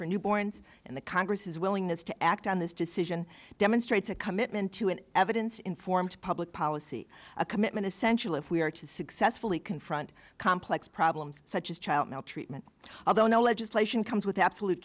for newborns in the congress his willingness to act on this decision demonstrates a commitment to an evidence informed public policy a commitment essential if we are to successfully confront complex problems such as child maltreatment although no legislation comes with absolute